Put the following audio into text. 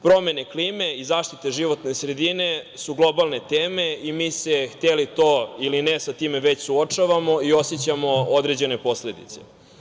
Promene klime i zaštita životne sredine su globalne teme i mi se, hteli to ili ne, sa time već suočavamo i osećamo određene posledice.